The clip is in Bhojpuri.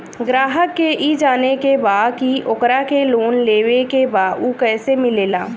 ग्राहक के ई जाने के बा की ओकरा के लोन लेवे के बा ऊ कैसे मिलेला?